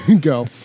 Go